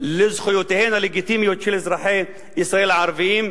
לזכויותיהם הלגיטימיות של אזרחי ישראל הערבים,